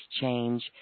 change